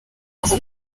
aho